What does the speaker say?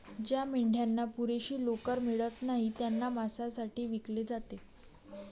ज्या मेंढ्यांना पुरेशी लोकर मिळत नाही त्यांना मांसासाठी विकले जाते